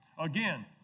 Again